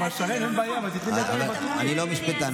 יש ייעוץ משפטי,